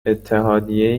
اتحادیه